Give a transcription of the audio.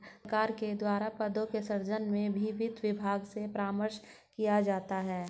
सरकार के द्वारा पदों के सृजन में भी वित्त विभाग से परामर्श किया जाता है